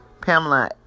Pamela